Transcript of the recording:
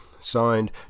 Signed